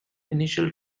initial